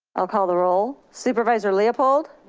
i'll call the role supervisor leopold?